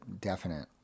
definite